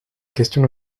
question